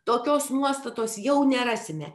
tokios nuostatos jau nerasime